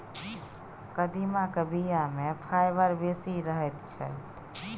कदीमाक बीया मे फाइबर बेसी रहैत छै